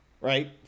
right